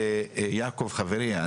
יעקב חברי,